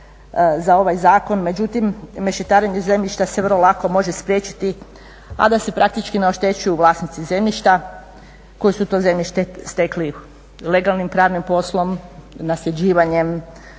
za ovaj zakon međutim mešetarenje zemljišta se vrlo lako može spriječiti a da se praktički ne oštećuju vlasnici zemljišta koji su to zemljište stekli legalnim pravnim poslom, nasljeđivanjem,